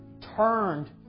turned